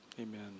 Amen